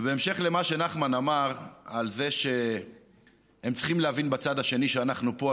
ובהמשך למה שנחמן אמר על זה שהם צריכים להבין בצד השני שאנחנו פה,